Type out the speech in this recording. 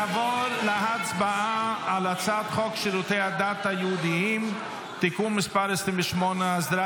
נעבור להצבעה על הצעת חוק שירותי הדת היהודיים (תיקון מס' 28) (הסדרת